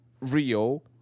Rio